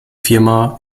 firma